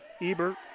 Ebert